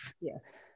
Yes